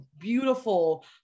beautiful